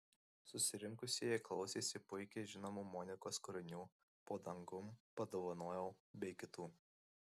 susirinkusieji klausėsi puikiai žinomų monikos kūrinių po dangum padovanojau bei kitų